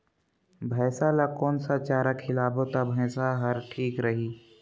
भैसा ला कोन सा चारा खिलाबो ता भैंसा हर ठीक रही?